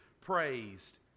praised